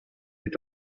est